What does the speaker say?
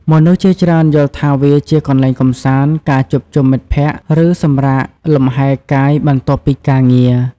មនុស្សជាច្រើនយល់ថាវាជាកន្លែងកម្សាន្ត ការជួបជុំមិត្តភក្តិ ឬសម្រាកលំហែកាយបន្ទាប់ពីការងារ ។